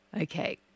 Okay